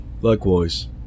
Likewise